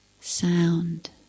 sound